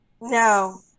No